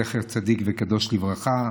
זכר צדיק וקדוש לברכה,